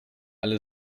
alle